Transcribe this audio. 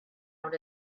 out